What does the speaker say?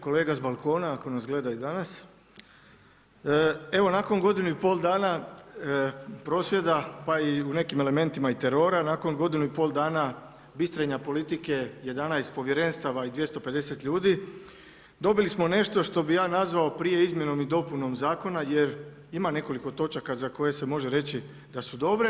Kolega sa balkona ako nas gleda i danas evo nakon godinu i pol dana prosvjeda pa i u nekim elementima i terora, nakon godinu i pol dana bistrenja politike 11 povjerenstava i 250 ljudi dobili smo nešto što bih ja nazvao prije izmjenom i dopunom zakona jer ima nekoliko točaka za koje se može reći da su dobre.